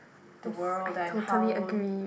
the world and how